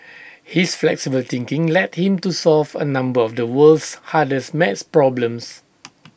his flexible thinking led him to solve A number of the world's hardest math problems